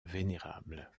vénérable